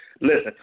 Listen